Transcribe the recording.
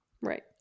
Right